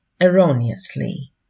erroneously